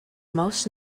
most